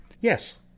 Yes